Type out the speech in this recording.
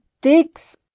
digs